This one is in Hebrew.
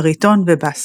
בריטון ובס.